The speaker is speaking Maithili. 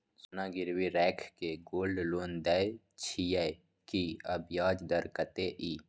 सोना गिरवी रैख के गोल्ड लोन दै छियै की, आ ब्याज दर कत्ते इ?